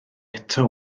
eto